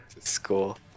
school